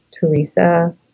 Teresa